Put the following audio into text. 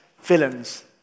villains